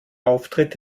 auftritt